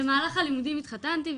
במהלך הלימודים התחתנתי,